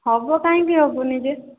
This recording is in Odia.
ହେବ କାହିଁକି ହେବନି ଯେ